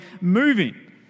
moving